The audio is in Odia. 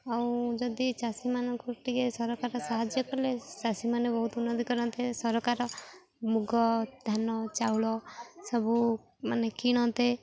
ଆଉ ଯଦି ଚାଷୀମାନଙ୍କୁ ଟିକେ ସରକାର ସାହାଯ୍ୟ କଲେ ଚାଷୀମାନେ ବହୁତ ଉନ୍ନତି କରନ୍ତେ ସରକାର ମୁଗ ଧାନ ଚାଉଳ ସବୁ ମାନେ କିଣନ୍ତେ